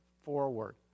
forward